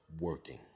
Working